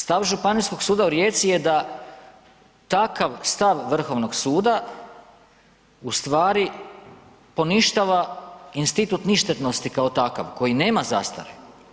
Stav Županijskog suda u Rijeci je da takav stav Vrhovnog suda u stvari poništava institut ništetnosti kao takav koji nema zastare.